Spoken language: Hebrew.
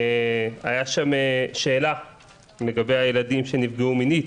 הייתה שם שאלה לגבי הילדים שנפגעו מינית,